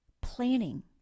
planning